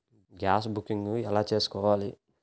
Gas booking ఎలా చేసుకోవాలి?